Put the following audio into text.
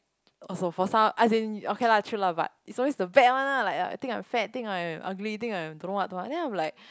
also for some as in okay lah true lah but it's always the bad one lah like uh think I'm fat think I'm ugly think I'm don't know what don't know what then I'm like